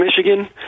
Michigan